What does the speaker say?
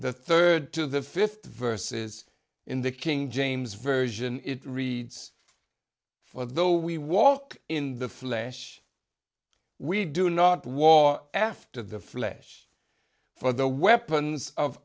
the third to the fifth verses in the king james version it reads for though we walk in the flesh we do not war after the flesh for the weapons of